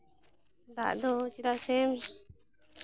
ᱫᱟᱜ ᱫᱚ ᱪᱮᱫᱟᱜ ᱥᱮ